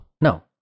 No